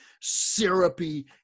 syrupy